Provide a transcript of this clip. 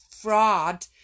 fraud